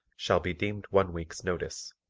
shall be deemed one week's notice.